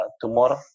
tumor